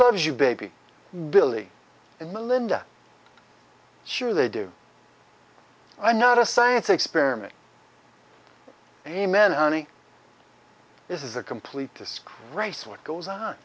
loves you baby billy and melinda sure they do i'm not a science experiment amen honey this is a complete this race what goes on